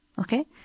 Okay